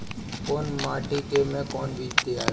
कौन माटी मे कौन बीज दियाला?